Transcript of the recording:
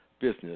business